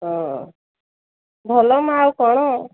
ହଁ ଭଲ ମ ଆଉ କ'ଣ